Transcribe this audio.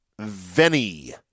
Venny